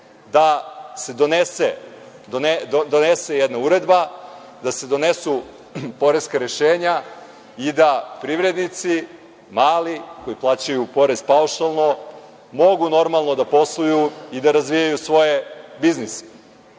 da se donese jedna uredba, da se donesu poreska rešenja i da privrednici, mali, koji plaćaju porez paušalno, mogu normalno da posluju i da razvijaju svoj biznis. Ova